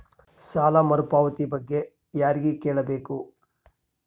ಸಾಲ ಮರುಪಾವತಿ ಬಗ್ಗೆ ಯಾರಿಗೆ ಕೇಳಬೇಕು?